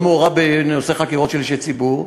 מעורב בנושא חקירות של אישי ציבור,